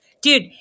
Dude